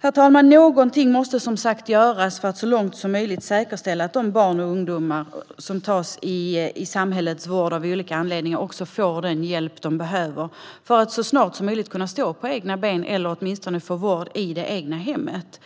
Herr talman! Någonting måste som sagt göras för att så långt som möjligt säkerställa att de barn och ungdomar som av olika anledningar finns i samhällets vård också får den hjälp de behöver för att så snart som möjligt kunna stå på egna ben eller åtminstone få vård i det egna hemmet.